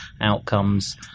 outcomes